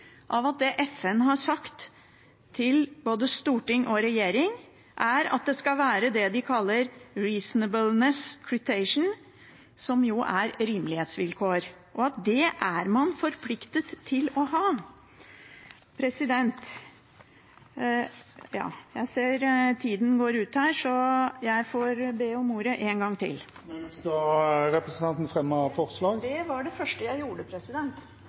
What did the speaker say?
at det FN har sagt til både storting og regjering, er at det skal være det de kaller «reasonableness criterion», som jo er rimelighetsvilkår, og at man er forpliktet til å ha det. Jeg ser at tiden går ut her, så jeg får be om ordet en gang til. Representanten